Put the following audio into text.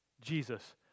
Jesus